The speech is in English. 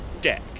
deck